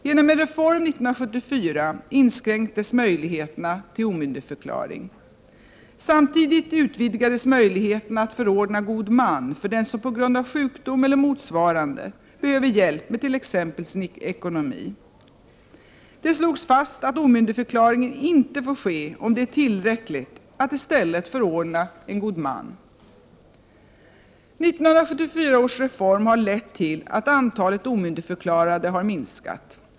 Genom en reform 1974 inskränktes möjligheterna till omyndigförklaring. Samtidigt utvidgades möjligheterna att förordna god man för den som på grund av sjukdom eller motsvarande behövde hjälp med t.ex. sin ekonomi. Det slogs fast att omyndigförklaring inte får ske om det är tillräckligt att i stället förordna en god man. 1974 års reform har lett till att antalet omyndigförklarade har minskat.